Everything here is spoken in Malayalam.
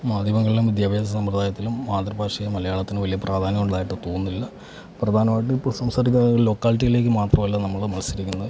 മാധ്യമങ്ങളിലും വിദ്യാഭ്യാസ സമ്പ്രദായത്തിലും മാതൃഭാഷയായ മലയാളത്തിന് വലിയ പ്രാധാന്യം ഉള്ളതായിട്ട് തോന്നുന്നില്ല പ്രധാനമായിട്ടും ഇപ്പം സംസാരിക്കുന്നതിൽ ലൊക്കാലിറ്റിയിലേക്ക് മാത്രമല്ല നമ്മൾ മത്സരിക്കുന്നത്